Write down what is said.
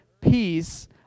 peace